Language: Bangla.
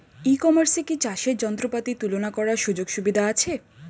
ই কমার্সে কি চাষের যন্ত্রপাতি তুলনা করার সুযোগ সুবিধা আছে?